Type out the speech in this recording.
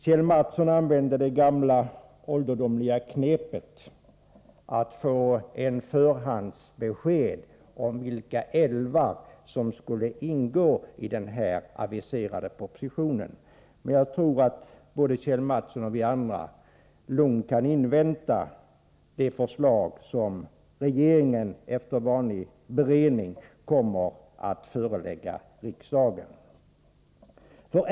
Kjell Mattsson använde det gamla knepet att begära förhandsbesked om vilka älvar som skulle ingå i den aviserade propositionen. Jag tror att både Kjell Mattsson och vi andra lugnt kan invänta det förslag som regeringen efter vanlig beredning kommer att förelägga riksdagen.